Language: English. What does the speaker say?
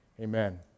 amen